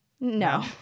No